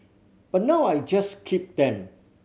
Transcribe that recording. but now I just keep them